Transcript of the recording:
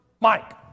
Mike